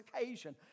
occasion